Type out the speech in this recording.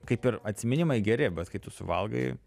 kaip ir atsiminimai geri bet kai tu suvalgai